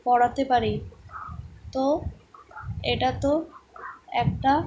পরাতে পারি তো এটা তো একটা